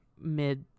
mid